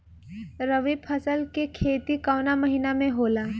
रवि फसल के खेती कवना महीना में होला?